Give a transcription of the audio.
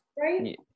Right